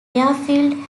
airfield